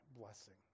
blessing